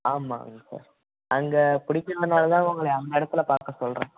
ஆமாங்க சார் அங்கே பிடிச்சதுனால தான் உங்களை அங்கே இடத்துல பார்க்க சொல்கிறேன்